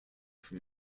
from